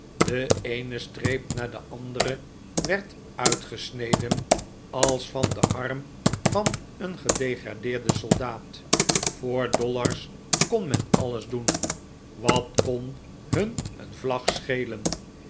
de eene streep na de andere werd uitgesneden als van den arm van een gedegradeerden soldaat voor dollars kon men alles doen wat kon hun een vlag schelen